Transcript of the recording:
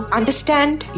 understand